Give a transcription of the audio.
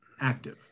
active